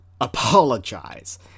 apologize